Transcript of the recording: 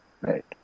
right